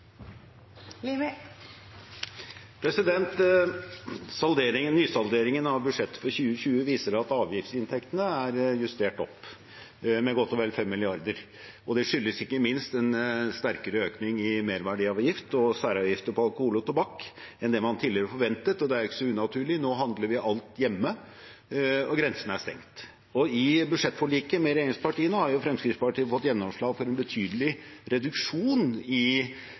og det skyldes ikke minst en sterkere økningen i merverdiavgift og særavgifter på alkohol og tobakk enn det man tidligere forventet. Det er ikke så unaturlig. Nå handler vi alt hjemme, og grensene er stengt. I budsjettforliket med regjeringspartiene har Fremskrittspartiet fått gjennomslag for en betydelig reduksjon i